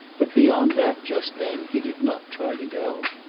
but beyond that, just then, he did not try to go.